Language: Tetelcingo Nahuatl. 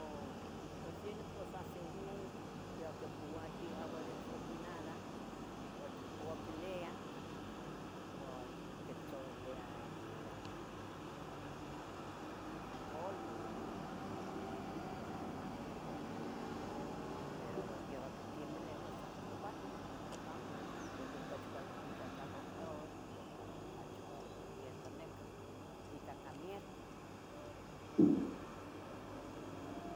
Oh pues yeh ni pos a según, ya quicouatiu agua dexoginada ua ticpuaquilia ua tictlalilia yeh ino yaha ino polvo, yeh amo nihmati quenih mocuitia polvo, pero yaca quitemilea ua sa ohco pahti, ua tlacamo mejor ocachi nibica cah doctor, uca, cachi cuali ompa tienta necah, y cah, ca mierco, um.